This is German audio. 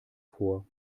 vor